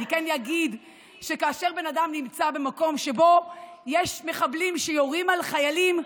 אני כן אגיד שכאשר בן אדם נמצא במקום שבו יש מחבלים שיורים על חיילים,